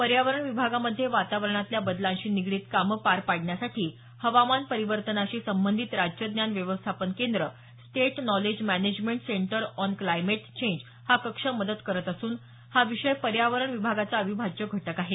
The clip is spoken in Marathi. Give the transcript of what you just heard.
पर्यावरण विभागामध्ये वातावरणातल्या बदलांशी निगडीत कामं पार पाडण्यासाठी हवामान परीवर्तनशी संबंधित राज्य ज्ञान व्यवस्थापन केंद्र state knowledge management centre on climate change हा कक्ष मदत करत असून हा विषय पर्यावरण विभागाचा अविभाज्य घटक आहे